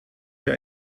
für